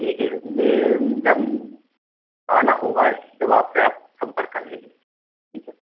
ठीक है में जब आना होगा जब आपसे आप संपर्क कर लेंगे ठीक है